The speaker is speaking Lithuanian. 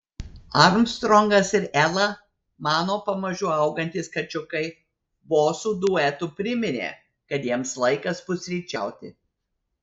armstrongas ir ela mano pamažu augantys kačiukai bosų duetu priminė kad jiems laikas pusryčiauti